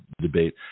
debate